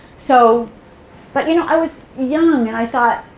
so but you know i was young, and i thought,